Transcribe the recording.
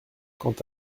quant